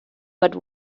but